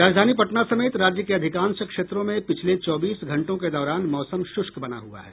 राजधानी पटना समेत राज्य के अधिकांश क्षेत्रों में पिछले चौबीस घंटों के दौरान मौसम शुष्क बना हुआ है